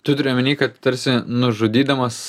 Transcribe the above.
tu turi omeny kad tarsi nužudydamas